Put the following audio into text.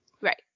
Right